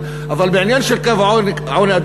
אבל בעניין של קו העוני,